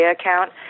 account